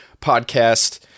podcast